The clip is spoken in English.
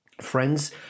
friends